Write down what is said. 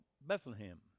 Bethlehem